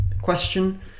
question